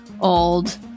old